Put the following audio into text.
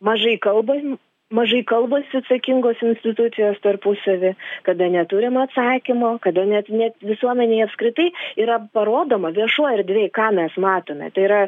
mažai kalbam mažai kalbasi atsakingos institucijos tarpusavy kada neturim atsakymo kada net net visuomenei apskritai yra parodoma viešoj erdvėj ką mes matome tai yra